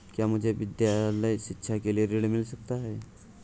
क्या मुझे विद्यालय शिक्षा के लिए ऋण मिल सकता है?